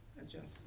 adjustment